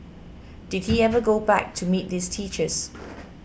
did he ever go back to meet those teachers